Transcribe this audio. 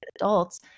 adults